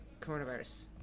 coronavirus